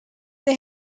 they